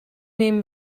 nehmen